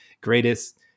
greatest